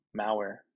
malware